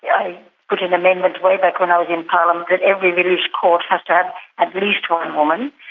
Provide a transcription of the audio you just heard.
i put an amendment way back when i was in parliament that every village court has to have at least one woman,